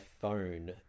phone